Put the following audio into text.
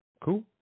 cool